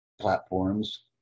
platforms